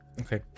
Okay